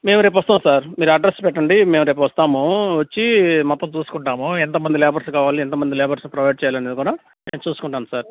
మేము రేపు వస్తాము సార్ మీరు అడ్రెస్ పెట్టండి మేము రేపు వస్తాము వచ్చి మొత్తం చూసుకుంటాము ఎంత మంది లేబర్స్ కావాలి ఎంత మంది లేబర్స్ని ప్రొవైడ్ చెయ్యాలనేది కూడా మేము చూసుకుంటాము సార్